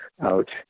out